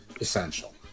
essential